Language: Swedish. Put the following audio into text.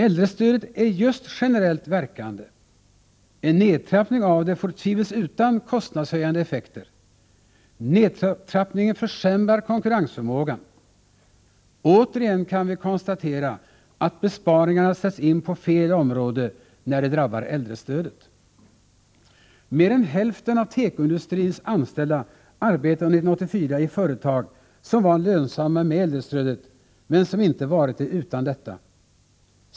Äldrestödet är just generellt verkande; en nedtrappning av det får tvivelsutan kostnadshöjande effekter. Nedtrappningen försämrar konkurrensförmågan. Återigen kan vi konstatera att besparingarna sätts in på fel områden, när de drabbar äldrestödet. Mer än hälften av tekoindustrins anställda arbetade under 1984 i företag, som var lönsamma med äldrestödet men som inte varit det utan detta.